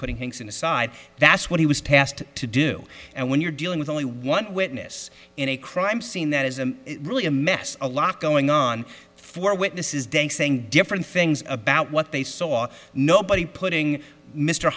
putting things in a side that's what he was tasked to do and when you're dealing with only one witness in a crime scene that is a really a mess a lot going on for witnesses day saying different things about what they saw nobody putting mr